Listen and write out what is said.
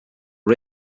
are